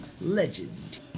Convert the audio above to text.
legend